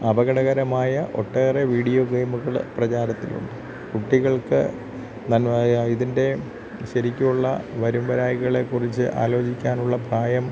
അപകടകരമായ ഒട്ടേറെ വീഡിയോ ഗെയ്മുകൾ പ്രചാരത്തിലുണ്ട് കുട്ടികൾക്ക് ഇതിൻ്റെ ശരിക്കുള്ള വരുംവരായ്കളെ കുറിച്ച് ആലോചിക്കാനുള്ള പ്രായം